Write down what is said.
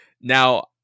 Now